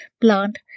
plant